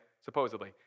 Supposedly